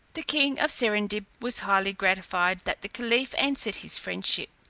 the king of serendib was highly gratified that the caliph answered his friendship.